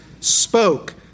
spoke